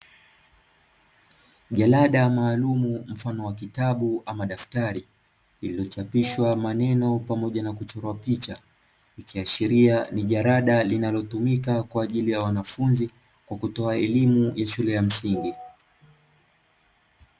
Jarada maalumu mfano wa kitabu ama daftari, lililochspishwa maneno pamoja na kuchorwa picha ikiashiria ni jarada linalotumika kwa ajili ya wanafunzi kutoa elimu ya msingi.